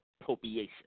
appropriation